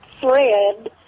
thread